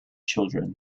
children